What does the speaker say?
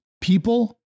people